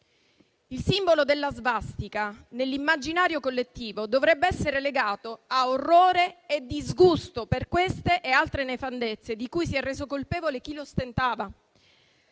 Il simbolo della svastica nell'immaginario collettivo dovrebbe essere legato a orrore e disgusto per queste e altre nefandezze di cui si è reso colpevole chi lo ostentava.